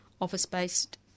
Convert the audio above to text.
office-based